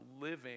living